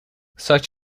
such